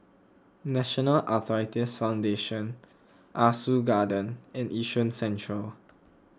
National Arthritis Foundation Ah Soo Garden and Yishun Central